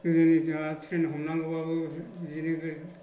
गोदोनि दिनाव ट्रेन हमनांगौब्लाबो बिदिनो